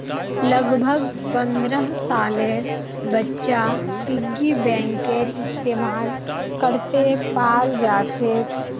लगभग पन्द्रह सालेर बच्चा पिग्गी बैंकेर इस्तेमाल करते पाल जाछेक